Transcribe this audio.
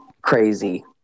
crazy